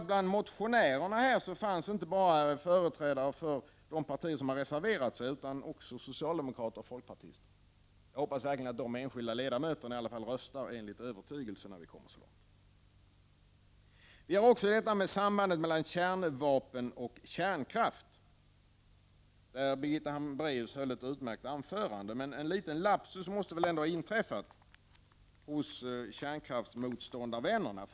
Bland motionärerna i denna fråga finns det inte bara företrädare för de partier som har reserverat sig utan också för socialdemokraterna och folkpartisterna. Jag hoppas verkligen att dessa enskilda ledamöter i varje fall röstar enligt sin övertygelse när vi kommer så långt. Vi har också frågan om sambandet mellan kärnvapen och kärnkraft. Birgitta Hambraeus höll ett utmärkt anförande i den frågan. Men det måste väl ändå ha inträffat en liten lapsus hos kärnkraftsmotståndarna.